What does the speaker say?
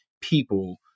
people